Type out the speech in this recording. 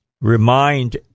remind